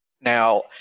Now